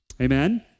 Amen